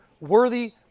worthy